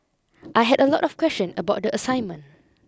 I had a lot of question about the assignment